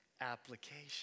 application